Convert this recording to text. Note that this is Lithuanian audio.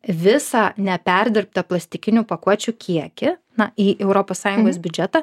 visą neperdirbtą plastikinių pakuočių kiekį na į europos sąjungos biudžetą